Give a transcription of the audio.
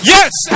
Yes